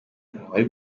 ntawari